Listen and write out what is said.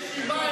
השר קרעי,